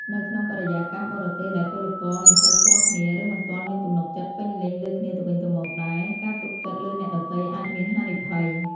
នៅក្នុងបរិយាកាសបរទេសដែលពលករមិនសូវស្គាល់គ្នា ឬមិនទាន់មានទំនុកចិត្តពេញលេញលើគ្នាទៅវិញទៅមកដែរ ការទុកចិត្តលើអ្នកដទៃអាចមាន ហានិភ័យ ។